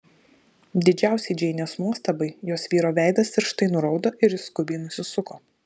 didžiausiai džeinės nuostabai jos vyro veidas tirštai nuraudo ir jis skubiai nusisuko